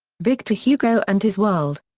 victor hugo and his world.